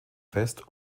fest